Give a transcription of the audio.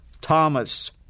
Thomas